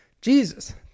Jesus